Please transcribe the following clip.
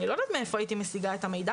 אני לא יודעת מאיפה הייתי משיגה את המידע